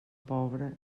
pobre